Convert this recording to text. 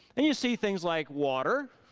and you see things like water,